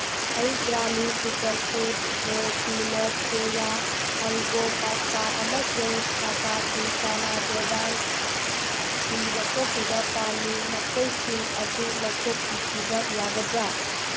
ꯑꯩ ꯒ꯭ꯔꯥꯃꯤ super food ꯔꯣ ꯄꯤꯅꯠ ꯀꯦꯌꯥ ꯑꯜꯕꯣ ꯄꯥꯁꯇꯥ ꯑꯃꯁꯨꯡ ꯇꯇꯥ ꯇꯤ ꯀꯥꯅꯥ ꯗꯦꯕꯥꯟ ꯇꯤ ꯂꯧꯊꯣꯛꯈꯤꯕ ꯄꯥꯝꯃꯤ ꯃꯈꯣꯏꯁꯤꯡ ꯑꯗꯨ ꯂꯧꯊꯣꯛꯄꯤꯈꯤꯕ ꯌꯥꯒꯗ꯭ꯔꯥ